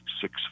six